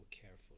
careful